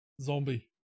Zombie